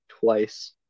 twice